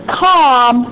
calm